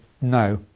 no